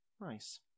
nice